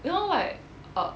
you know like uh